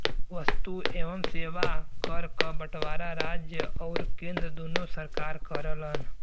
वस्तु एवं सेवा कर क बंटवारा राज्य आउर केंद्र दूने सरकार करलन